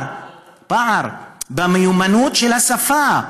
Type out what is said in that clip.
פער במיומנות של השפה,